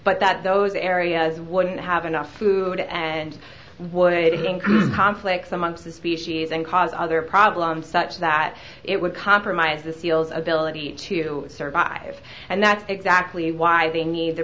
but that those areas wouldn't have enough food and would it again conflicts amongst the species and cause other problems such that it would compromise the seals ability to survive and that's exactly why they need the